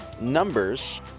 Numbers